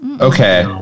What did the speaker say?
Okay